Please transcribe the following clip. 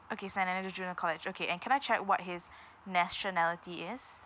okay saint andrew junior college okay and can I check what his nationality is